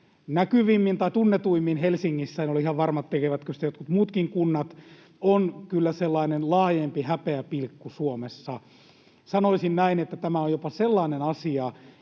näkyvimmin tai tunnetuimmin Helsingissä — en ole ihan varma, tekevätkö sitä jotkut muutkin kunnat — on kyllä sellainen laajempi häpeäpilkku Suomessa. Sanoisin näin, että tämä on jopa sellainen asia,